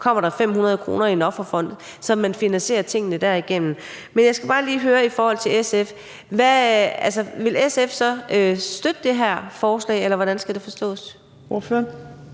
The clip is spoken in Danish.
kommer der 500 kr. i Offerfonden, så man finansierer tingene derigennem. Men jeg skal bare lige høre SF: Vil SF så støtte det her forslag, eller hvordan skal det forstås?